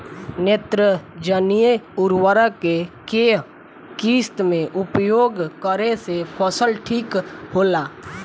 नेत्रजनीय उर्वरक के केय किस्त मे उपयोग करे से फसल ठीक होला?